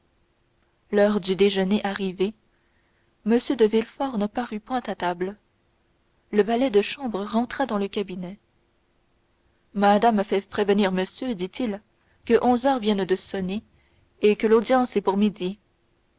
l'heure du déjeuner arrivée m de villefort ne parut point à table le valet de chambre rentra dans le cabinet madame fait prévenir monsieur dit-il que onze heures viennent de sonner et que l'audience est pour midi